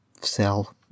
sell